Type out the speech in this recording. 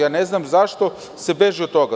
Ne znamzašto se beži od toga.